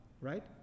right